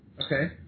Okay